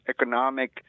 economic